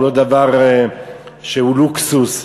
הוא לא דבר שהוא לוקסוס.